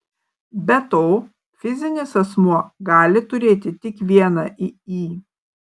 be to fizinis asmuo gali turėti tik vieną iį